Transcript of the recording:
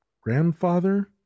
grandfather